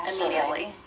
immediately